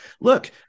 Look